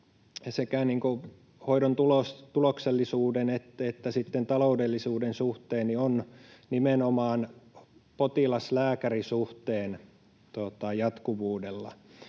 sekä hoidon tuloksellisuuden että taloudellisuuden suhteen on nimenomaan potilas—lääkäri-suhteen jatkuvuudella.